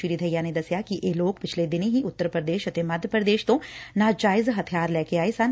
ਸ੍ਰੀ ਦਹੀਆ ਨੇ ਦਸਿਆ ਕਿ ਇਹ ਲੋਕ ਪਿਛਲੇ ਦਿਨੀਂ ਹੀ ਉੱਤਰ ਪੂਦੇਸ਼ ਅਤੇ ਮੱਧ ਪੂਦੇਸ਼ ਤੋਂ ਨਾਜਾਇਜ਼ ਹਬਿਆਰ ਲੈ ਕੇ ਆਏ ਸਨ